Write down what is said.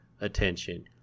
attention